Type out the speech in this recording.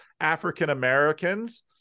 African-Americans